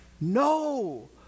No